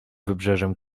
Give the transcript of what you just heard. wybrzeżem